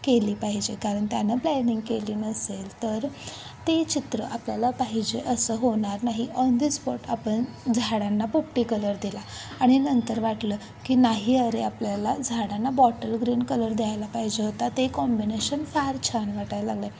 केली पाहिजे कारण त्यानं प्लॅनिंग केली नसेल तर ती चित्र आपल्याला पाहिजे असं होणार नाही ऑन दी स्पॉट आपण झाडांना पोपटी कलर दिला आणि नंतर वाटलं की नाही अरे आपल्याला झाडांना बॉटल ग्रीन कलर द्यायला पाहिजे होता ते कॉम्बिनेशन फार छान वाटायला लागलं आहे